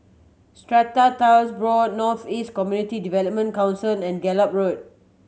Strata Titles Board North East Community Development Council and Gallop Road